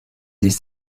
des